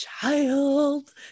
child